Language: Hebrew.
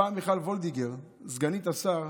פעם מיכל וולדיגר, סגנית השר,